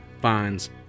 fines